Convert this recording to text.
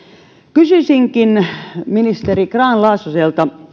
kysyisinkin ministeri grahn laasoselta